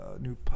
new